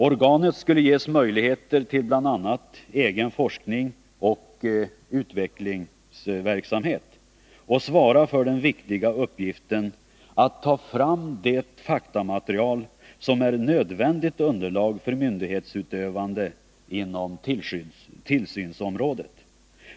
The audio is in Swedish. Organet skulle ges möjligheter till bl.a. egen forskningsoch utvecklingsverksamhet och svara för den viktiga uppgiften att ta fram det faktamaterial som är ett nödvändigt » underlag för myndighetsutövande inom tillsynsområdet.